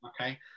Okay